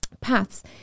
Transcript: paths